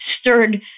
stirred